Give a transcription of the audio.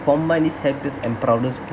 for mine is happiest and proudest